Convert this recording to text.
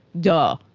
Duh